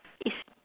it's